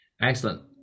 Excellent